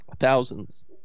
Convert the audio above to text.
thousands